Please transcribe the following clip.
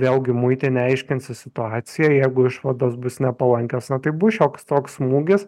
vėlgi muitinė aiškinsis situaciją jeigu išvados bus nepalankios na tai bus šioks toks smūgis